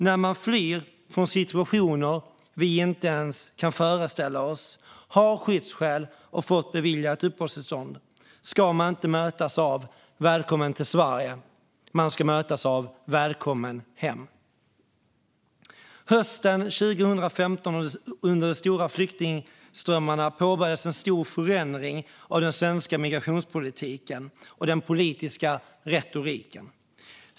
När man flytt från situationer vi inte ens kan föreställa oss, har skyddsskäl och har fått uppehållstillstånd beviljat ska man inte mötas av: Välkommen till Sverige! Man ska mötas av: Välkommen hem! Hösten 2015 under de stora flyktingströmmarna påbörjades en stor förändring av den svenska migrationspolitiken och den politiska retoriken.